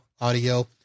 audio